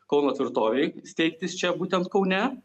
kauno tvirtovei steigtis čia būtent kaune